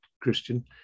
Christian